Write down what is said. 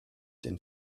den